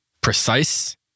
precise